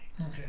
Okay